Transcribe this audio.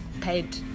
paid